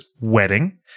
wedding